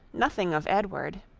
nothing of edward,